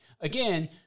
again